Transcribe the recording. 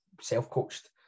self-coached